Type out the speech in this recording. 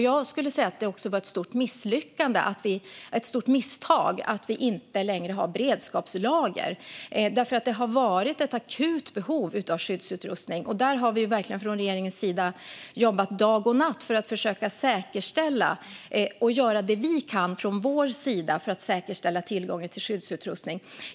Jag skulle säga att det också är ett stort misstag att vi inte längre har beredskapslager, för det har varit ett akut behov av skyddsutrustning. Från regeringens sida har vi verkligen jobbat dag och natt och gjort det vi kan för att säkerställa tillgången till skyddsutrustning.